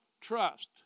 trust